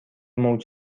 موج